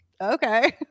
okay